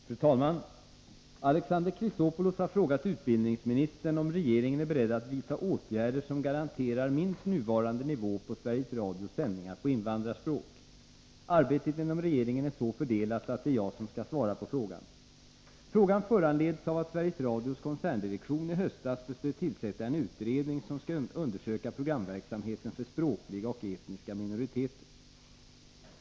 Fru talman! Alexander Chrisopoulos har frågat utbildningsministern om regeringen är beredd att vidta åtgärder som garanterar minst nuvarande nivå på Sveriges Radios sändningar på invandrarspråk. Arbetet inom regeringen är så fördelat att det är jag som skall svara på frågan. Frågan föranleds av att Sveriges Radios koncerndirektion i höstas beslöt tillsätta en utredning som skall undersöka programverksamheten för språkliga och etniska minoriteter.